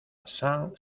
cinq